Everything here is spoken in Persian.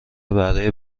بهره